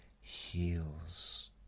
heals